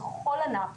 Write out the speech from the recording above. בכל ענף,